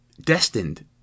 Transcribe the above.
destined